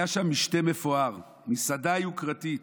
היה שם משתה מפואר, במסעדה יוקרתית